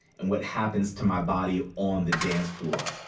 and what happens to my body on the dancefloor.